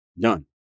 done